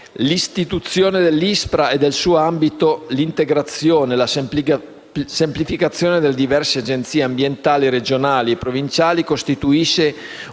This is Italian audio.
l'istituzione dell'ISPRA, l'integrazione e la semplificazione delle diverse Agenzie ambientali regionali e provinciali costituiscono